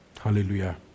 Hallelujah